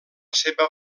seva